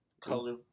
color